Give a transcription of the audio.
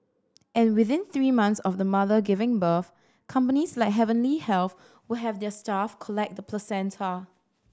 and within three months of the mother giving birth companies like Heavenly Health will have their staff collect the placenta